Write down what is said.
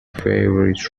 favourite